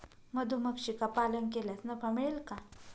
मधुमक्षिका पालन केल्यास नफा मिळेल का?